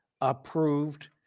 approved